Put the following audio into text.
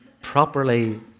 properly